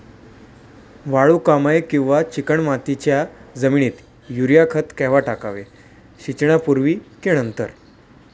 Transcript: वालुकामय किंवा चिकणमातीच्या जमिनीत युरिया खत केव्हा टाकावे, सिंचनापूर्वी की नंतर?